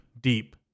deep